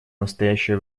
настоящее